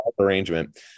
arrangement